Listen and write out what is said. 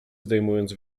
zdejmując